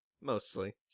Mostly